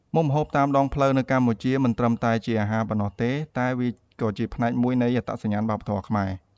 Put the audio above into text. មុខម្ហូបតាមដងផ្លូវនៅកម្ពុជា មិនត្រឹមតែជាអាហារប៉ុណ្ណោះទេ តែវាក៏ជាផ្នែកមួយនៃអត្តសញ្ញាណវប្បធម៌ខ្មែរ។